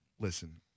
listen